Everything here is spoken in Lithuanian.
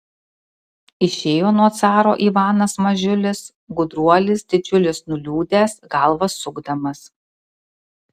išėjo nuo caro ivanas mažiulis gudruolis didžiulis nuliūdęs galvą sukdamas